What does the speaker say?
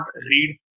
read